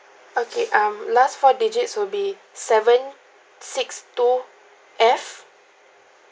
okay um last four digit will be seven six two F